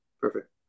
Perfect